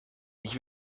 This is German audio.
ich